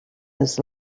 his